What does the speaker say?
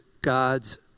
God's